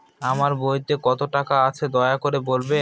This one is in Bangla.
আমার বইতে কত টাকা আছে দয়া করে বলবেন?